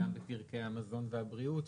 בפרקי המזון והבריאות,